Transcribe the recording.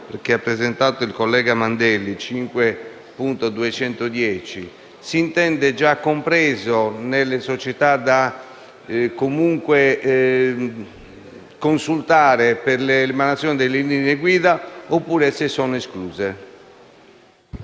presentato dal collega Mandelli, il 5.210, si intendono già comprese nelle società da consultare per l'emanazione delle linee guida o se ne sono escluse.